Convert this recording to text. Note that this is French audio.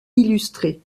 illustré